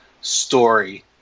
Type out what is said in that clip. story